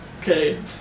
Okay